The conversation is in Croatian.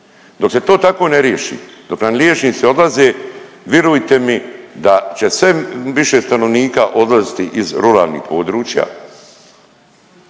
Dok se to tako ne riješi, dok nam liječnici odlaze vjerujte mi da će sve više stanovnika odlaziti iz ruralnih područja